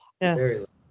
yes